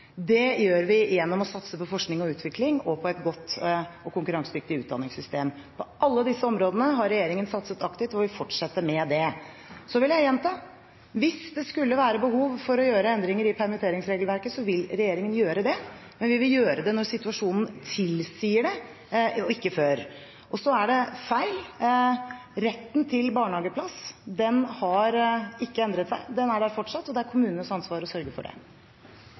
det gjør vi gjennom å satse på forskning og utvikling og på et godt og konkurransedyktig utdanningssystem. På alle disse områdene har regjeringen satset aktivt og vil fortsette med det. Så vil jeg gjenta: Hvis det skulle være behov for å gjøre endringer i permitteringsregelverket, vil regjeringen gjøre det, men vi vil gjøre det når situasjonen tilsier det, og ikke før. Angående barnehageplasser: Det er feil, retten til barnehageplass har ikke endret seg, den er der fortsatt, og det er kommunenes ansvar å sørge for det.